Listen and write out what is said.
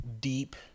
deep